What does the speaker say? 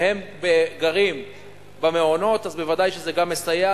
והם גרים במעונות, אז ודאי שזה גם מסייע.